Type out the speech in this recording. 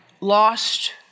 lost